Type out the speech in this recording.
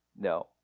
No